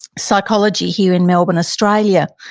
psychology here in melbourne, australia.